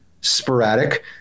sporadic